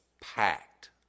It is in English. packed